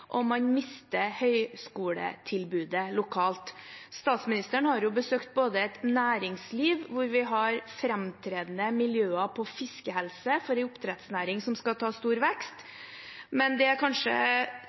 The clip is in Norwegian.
og man mister høyskoletilbudet lokalt. Statsministeren har besøkt et næringsliv hvor vi har fremtredende miljøer innen fiskehelse, for en oppdrettsnæring som skal ta stor